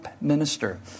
minister